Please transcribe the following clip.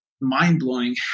mind-blowing